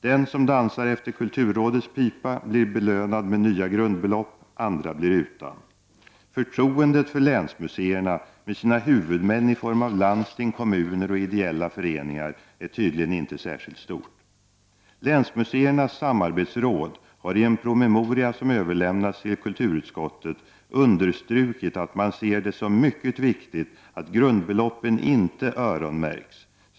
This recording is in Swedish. Den som dansar efter kulturrådets pipa blir belönad med nya grundbelopp — andra blir utan. Förtroendet för länsmuseerna med sina huvudmän i form av landsting, kommuner och ideella föreningar är tydligen inte särskilt stort. Länsmuseernas samarbetsråd har i en promemoria som överlämnats till kulturutskottet understrukit att man ser det som mycket viktigt att grundbeloppen inte öronmärks.